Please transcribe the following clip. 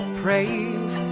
praise